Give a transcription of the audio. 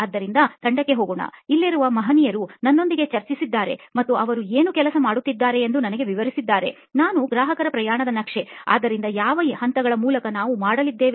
ಆದ್ದರಿಂದ ತಂಡಕ್ಕೆ ಹೋಗೋಣಇಲ್ಲಿರುವ ಮಹನೀಯರು ನನ್ನೊಂದಿಗೆ ಚರ್ಚಿಸಿದ್ದಾರೆ ಮತ್ತು ಅವರು ಏನು ಕೆಲಸ ಮಾಡುತ್ತಿದ್ದಾರೆಂದು ನನಗೆ ವಿವರಿಸಿದ್ದಾರೆನಾವು ಗ್ರಾಹಕರ ಪ್ರಯಾಣದ ನಕ್ಷೆ ಆದ್ದರಿಂದ ಯಾವ ಹಂತಗಳ ಮೂಲಕ ನಾವು ಮಾಡಲಿದ್ದೇವೆ